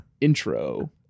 intro